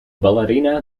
ballerina